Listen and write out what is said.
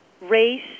race